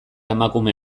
emakume